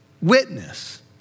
witness